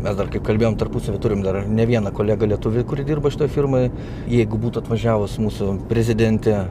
mes dar kaip kalbėjom tarpusavy turim dar ne vieną kolegą lietuvį kuri dirba šitoj firmoj jeigu būtų atvažiavus mūsų prezidentė